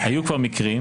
היו כבר מקרים,